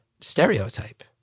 stereotype